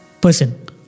person